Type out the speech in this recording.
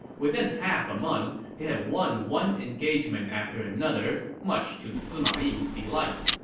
within half a month, they had won one engagement after another, much to sima yi's delight.